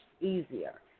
easier